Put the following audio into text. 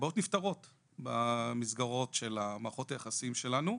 הבעיות נפתרות במסגרות של המערכות היחסים שלנו,